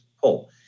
pull